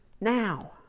now